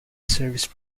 service